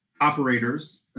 operators